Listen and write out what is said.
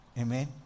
Amen